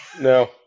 No